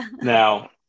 Now